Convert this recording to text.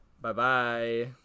Bye-bye